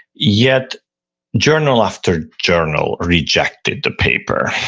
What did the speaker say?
yet journal after journal rejected the paper.